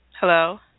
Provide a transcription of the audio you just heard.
Hello